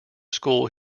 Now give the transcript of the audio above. school